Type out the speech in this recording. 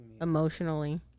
Emotionally